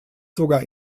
sogar